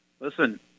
Listen